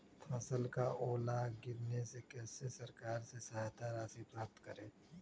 फसल का ओला गिरने से कैसे सरकार से सहायता राशि प्राप्त करें?